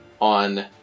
on